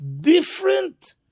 different